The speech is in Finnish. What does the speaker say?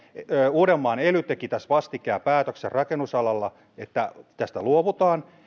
uudenmaan ely teki vastikään päätöksen että rakennusalalla tästä luovutaan